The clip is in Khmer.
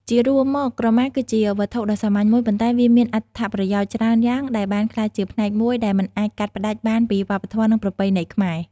ជារួមមកក្រមាគឺជាវត្ថុដ៏សាមញ្ញមួយ ប៉ុន្តែវាមានអត្ថប្រយោជន៍ច្រើនយ៉ាងដែលបានក្លាយជាផ្នែកមួយដែលមិនអាចកាត់ផ្ដាច់បានពីវប្បធម៌ និងប្រពៃណីខ្មែរ។